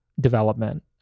development